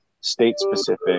state-specific